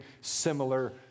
similar